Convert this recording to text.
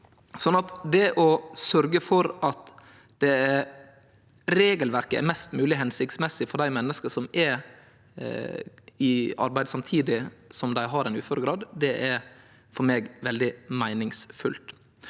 Så det å sørgje for at regelverket er mest mogleg hensiktsmessig for dei menneska som er i arbeid samtidig som dei har ein uføregrad, er for meg veldig meiningsfylt.